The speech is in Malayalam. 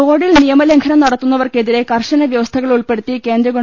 റോഡിൽ നിയമലംഘനം നടത്തുന്നവർക്കെതിരെ കർശന വൃവ സ്ഥകൾ ഉൾപ്പെടുത്തി കേന്ദ്ര ഗവ